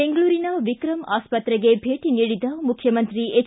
ಬೆಂಗಳೂರಿನ ವಿಕ್ರಂ ಆಸ್ಪತ್ರೆಗೆ ಭೇಟಿ ನೀಡಿದ ಮುಖ್ಚಮಂತ್ರಿ ಎಚ್